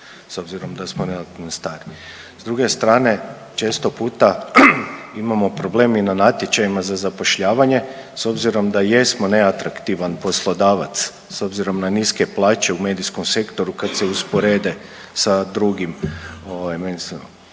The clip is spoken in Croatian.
s obzirom da smo relativno stari. S druge strane često puta imamo problem i na natječajima za zapošljavanje s obzirom da jesmo neatraktivan poslodavac s obzirom na niske plaće u medijskom sektoru kad se usporede sa drugim ovaj